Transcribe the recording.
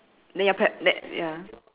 then your pare~ then ya